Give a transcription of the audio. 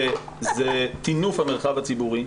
זה טינוף המרחב הציבורי.